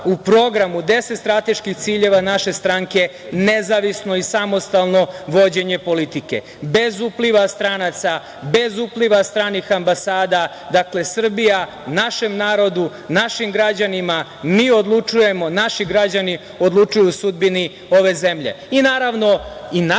u program u deset strateških ciljeva naše stranke nezavisno i samostalno vođenje politike, bez upliva stranaca, bez upliva stranih ambasada, dakle Srbija našem narodu, našim građanima, mi odlučujemo, naši građani odlučuju o sudbini ove zemlje. Naravno